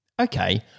Okay